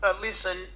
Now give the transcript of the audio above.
listen